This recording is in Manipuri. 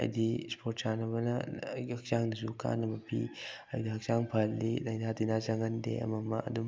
ꯍꯥꯏꯗꯤ ꯏꯁꯄꯣꯔꯠ ꯁꯥꯟꯅꯕꯅ ꯑꯩꯒꯤ ꯍꯛꯆꯥꯡꯗꯁꯨ ꯀꯥꯟꯅꯕ ꯄꯤ ꯍꯥꯏꯗꯤ ꯍꯛꯆꯥꯡ ꯐꯍꯜꯂꯤ ꯂꯥꯏꯅꯥ ꯇꯤꯟꯅꯥ ꯆꯪꯍꯟꯗꯦ ꯑꯃ ꯑꯃ ꯑꯗꯨꯝ